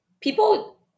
people